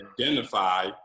identify